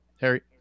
Harry